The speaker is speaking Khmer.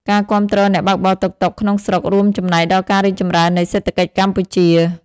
ការគាំទ្រអ្នកបើកបរតុកតុកក្នុងស្រុក រួមចំណែកដល់ការរីកចម្រើននៃសេដ្ឋកិច្ចកម្ពុជា។